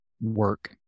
work